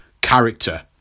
character